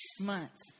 Months